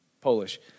Polish